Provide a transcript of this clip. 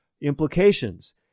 implications